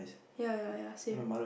ya ya ya same